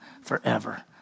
forever